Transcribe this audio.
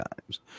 times